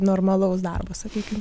normalaus darbo sakykim